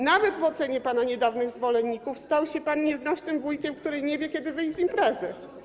Nawet w ocenie pana niedawnych zwolenników stał się pan nieznośnym wujkiem, który nie wie, kiedy wyjść z imprezy.